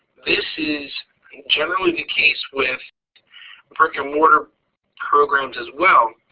this is generally the case with brick-and-mortar programs as well,